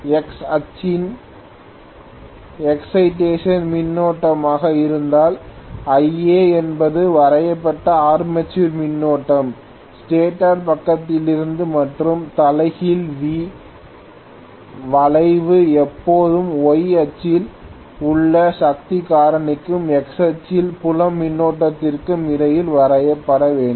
X அச்சில் excitation மின்னோட்டமாக இருந்தால் Ia என்பது வரையப்பட்ட ஆர்மேச்சர் மின்னோட்டம் ஸ்டேட்டர் பக்கத்திலிருந்து மற்றும் தலைகீழ் V வளைவு எப்போதும் Y அச்சில் உள்ள சக்தி காரணிக்கும் X அச்சில் புலம் மின்னோட்டத்திற்கும் இடையில் வரையப்படும்